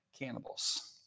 Cannibals